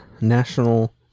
National